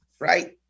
Right